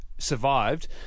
survived